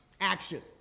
action